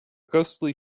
ghostly